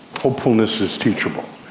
hopefulness is teachable,